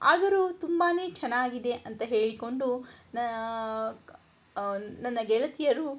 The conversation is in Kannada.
ಆದರೂ ತುಂಬಾ ಚೆನ್ನಾಗಿದೆ ಅಂತ ಹೇಳಿಕೊಂಡು ನ ನನ್ನ ಗೆಳತಿಯರು